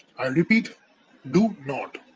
i repeat do not